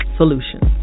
solutions